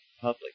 public